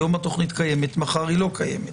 היום התוכנית קיימת אבל מחר היא לא קיימת.